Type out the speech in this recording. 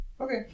Okay